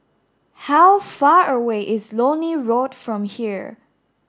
how far away is Lornie Road from here